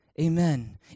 Amen